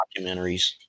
documentaries